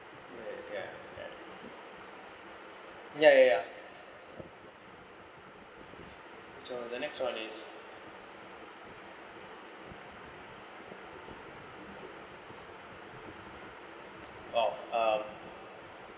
ya ya ya ya so the next one is oh um